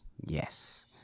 Yes